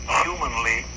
humanly